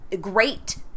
great